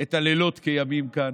את הלילות כימים כאן.